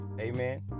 Amen